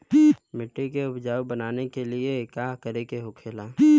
मिट्टी के उपजाऊ बनाने के लिए का करके होखेला?